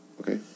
Okay